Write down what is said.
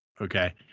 okay